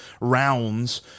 rounds